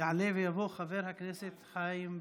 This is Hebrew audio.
יעלה ויבוא חבר הכנסת חיים ביטון.